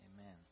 amen